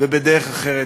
ובדרך אחרת.